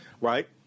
right